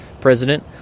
president